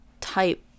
type